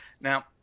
Now